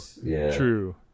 true